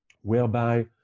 whereby